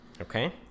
Okay